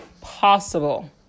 possible